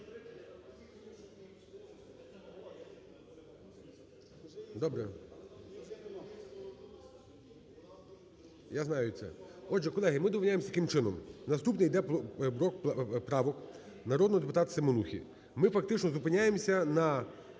Добре. Я знаю це. Отже, колеги, ми домовляємось таким чином. Наступним йде блок право народного депутата Семенухи. Ми фактично зупиняємось на